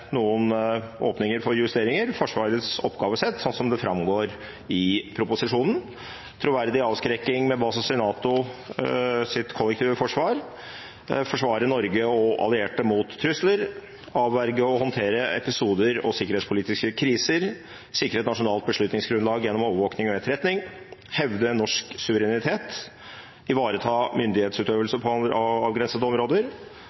noen åpninger for justeringer – Forsvarets oppgavesett slik det framgår i proposisjonen: troverdig avskrekking med basis i NATOs kollektive forsvar forsvare Norge og allierte mot trusler avverge og håndtere episoder og sikkerhetspolitiske kriser sikre et nasjonalt beslutningsgrunnlag gjennom overvåkning og etterretning hevde norsk suverenitet ivareta myndighetsutøvelse på avgrensede områder